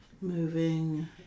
moving